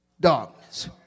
darkness